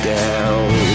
down